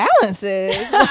balances